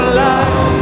life